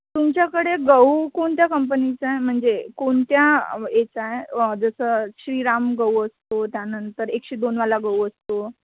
तुमच्याकडे गहू कोणत्या कंपनीचा आहे म्हणजे कोणत्या ह्याचा आहे जसं श्रीराम गहू असतो त्यानंतर एकशे दोनवाला गहू असतो